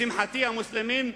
לשמחתי, המוסלמים,